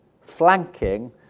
flanking